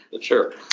Sure